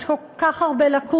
יש כל כך הרבה לקונות.